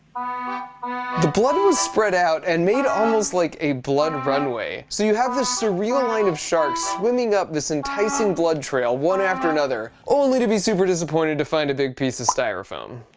ah the blood was spread out and made almost like a blood run way so you have the surreal line of sharks swimming up this enticing blood trail one after another only to be super disappointed to find a big piece of styrofoam